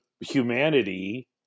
humanity